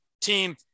team